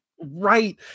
right